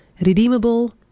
redeemable